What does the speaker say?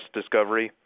discovery